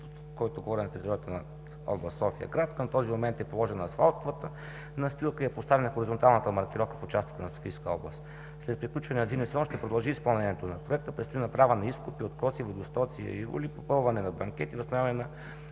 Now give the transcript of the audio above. стартира през октомври 2017 г. Към този момент е положена асфалтовата настилка и е поставена хоризонталната маркировка в участъка на Софийска област. След приключване на зимния сезон ще продължи изпълнението на проекта. Предстои направа на изкопи, откоси и водостоци, попълване на банкети и възстановяване на